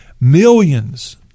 millions